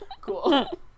cool